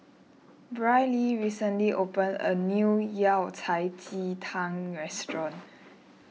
Brylee recently opened a new Yao Cai Ji Tang restaurant